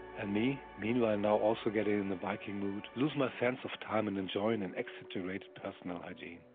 and me, meanwhile now also getting in the viking mood, lose my sense of time in enjoying an exaggerated personal hygiene.